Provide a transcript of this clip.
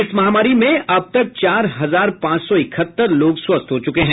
इस महामारी में अब तक चार हजार पांच सौ इकहत्तर लोग स्वस्थ हुए हैं